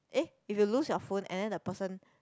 um if you lose your phone and then the person